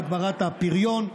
בהגברת הפריון,